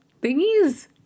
thingies